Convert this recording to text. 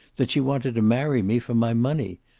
that she wanted to marry me for my money.